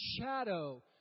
shadow